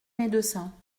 médecins